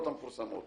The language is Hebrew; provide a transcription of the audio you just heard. המפורסמות